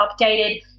updated